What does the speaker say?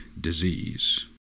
disease